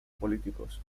políticos